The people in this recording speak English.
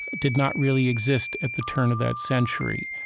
did not really exist at the turn of that century,